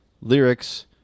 lyrics